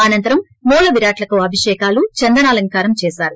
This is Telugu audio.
అనంతరం మూల విరాట్లకు అభిషేకాలు చందనాలంకారాన్ని చేశారు